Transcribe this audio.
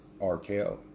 RKO